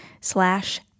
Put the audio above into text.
slash